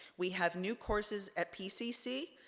we have new courses at pcc,